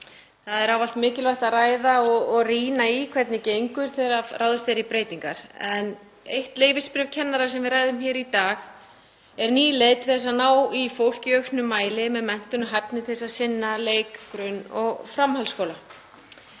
Það er ávallt mikilvægt að ræða og rýna í hvernig gengur þegar ráðist er í breytingar. Eitt leyfisbréf kennara, sem við ræðum hér í dag, er ný leið til að ná í fólk í auknum mæli með menntun og hæfni til að sinna leik-, grunn- og framhaldsskólakennslu.